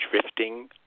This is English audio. drifting